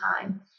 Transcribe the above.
time